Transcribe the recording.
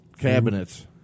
cabinets